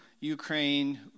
Ukraine